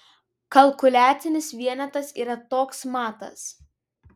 kalkuliacinis vienetas yra toks matas